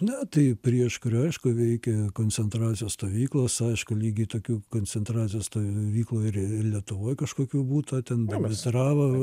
na tai prieškariu aišku veikė koncentracijos stovyklos aišku lygiai tokių koncentracijos stovyklų ir lietuvoj kažkokių būta ten demitrava